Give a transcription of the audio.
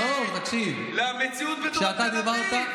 נאור, תקשיב, כשאתה דיברת,